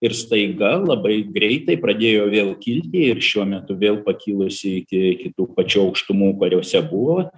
ir staiga labai greitai pradėjo vėl kilti ir šiuo metu vėl pakilusi iki iki tų pačių aukštumų kuriose buvo